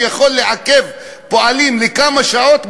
שיכול לעכב פועלים לכמה שעות,